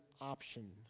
option